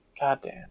Goddamn